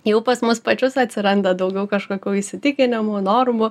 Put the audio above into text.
jau pas mus pačius atsiranda daugiau kažkokių įsitikinimų normų